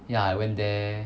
ya I went there